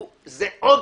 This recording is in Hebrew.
זה החלק הכי חשוב.